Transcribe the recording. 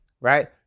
right